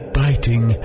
biting